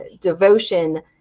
devotion